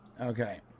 Okay